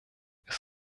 ist